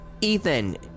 Ethan